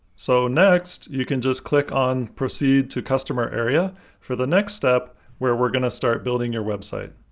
so, next, you can just click on proceed to customer area for the next step where we're going to start building your website.